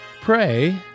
Pray